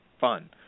fun